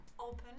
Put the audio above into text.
Open